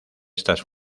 estas